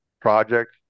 project